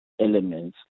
elements